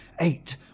eight